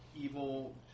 Evil